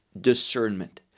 discernment